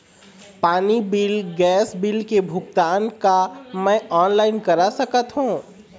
पानी bill gas bill के भुगतान का मैं ऑनलाइन करा सकथों?